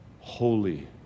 holy